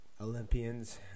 Olympians